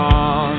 on